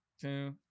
two